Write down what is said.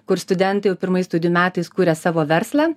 kur studentai jau pirmais studijų metais kuria savo verslą